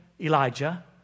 Elijah